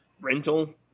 rental